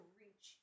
reach